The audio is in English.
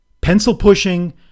Pencil-pushing